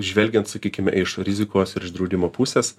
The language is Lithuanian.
žvelgiant sakykime iš rizikos ir iš draudimo pusės